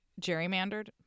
gerrymandered